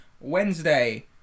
Wednesday